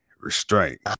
Restraint